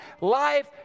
life